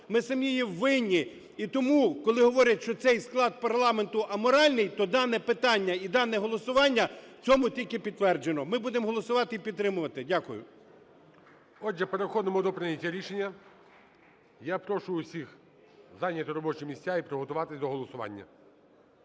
ми самі і винні. І тому, коли говорять, що цей склад парламенту аморальний, то дане питання і дане голосування – цьому тільки підтвердження. Ми будемо голосувати і підтримувати. Дякую. ГОЛОВУЮЧИЙ. Отже, переходимо до прийняття рішення. Я прошу всіх зайняти робочі місця і приготуватись до голосування.